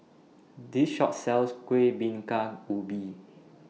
This Shop sells Kueh Bingka Ubi